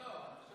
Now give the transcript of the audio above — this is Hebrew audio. לא,